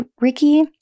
Ricky